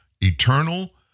eternal